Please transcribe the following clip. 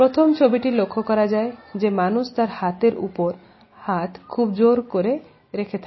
প্রথম ছবিটি লক্ষ্য করা যায় যে মানুষ তার হাতের উপর হাত খুব জোর করে রেখে থাকে